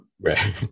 right